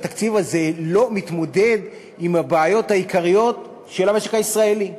התקציב הזה לא מתמודד עם הבעיות העיקריות של המשק הישראלי.